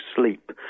sleep